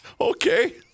Okay